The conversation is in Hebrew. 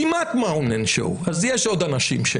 כמעט one man show, אז יש עוד אנשים.